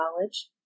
knowledge